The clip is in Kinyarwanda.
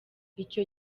icyo